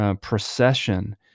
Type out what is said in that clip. procession